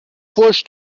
فحش